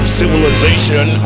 civilization